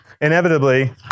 inevitably